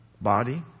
Body